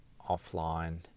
offline